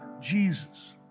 jesus